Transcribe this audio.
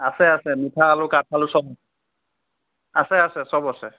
আছে আছে মিঠা আলু কাঠ আলু চব আছে আছে চব আছে